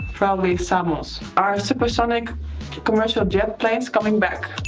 probably samos. are supersonic commercial jet planes coming back?